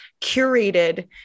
curated